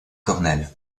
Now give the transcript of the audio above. cornell